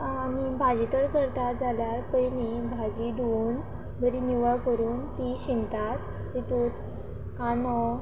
आ आनी भाजी तर करता जाल्यार पयलीं भाजी धुवून बरी निवळ करून ती शिनतात तातूंत कांदो